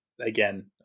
again